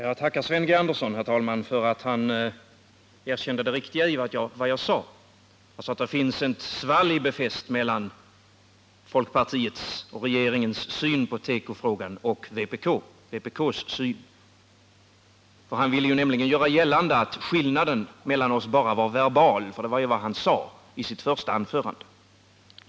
Herr talman! Jag tackar Sven G. Andersson för att han erkände det riktiga i vad jag sade. Jag sade att det finns ett svalg befäst mellan å ena sidan folkpartiets och regeringens syn på tekofrågan och å andra sidan vpk:s syn. Han ville tidigare göra gällande att skillnaden mellan oss bara var verbal — det var vad han sade i sitt första anförande.